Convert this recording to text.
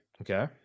Okay